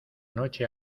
noche